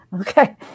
Okay